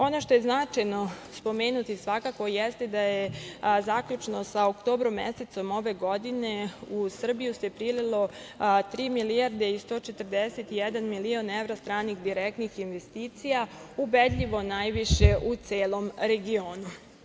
Ono što je značajno spomenuti svakako jeste da je zaključno sa oktobrom mesecom ove godine u Srbiju se prililo tri milijarde i 141 milion evra stranih direktnih investicija, ubedljivo najviše u celom regionu.